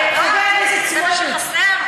חבר הכנסת סמוטריץ,